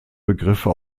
begriffe